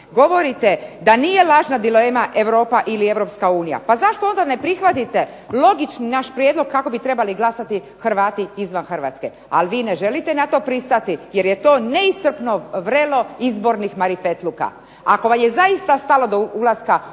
Govorite da nije lažna dilema Europa ili Europska unija. Pa zašto onda ne prihvatite logični naš prijedlog kako bi trebali glasati Hrvati izvan Hrvatske. Ali vi ne želite na to pristati jer je to neiscrpno vrelo izbornih marifetluka. Ako vam je zaista stalo do ulaska u